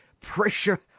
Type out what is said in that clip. pressure